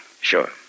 Sure